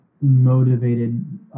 motivated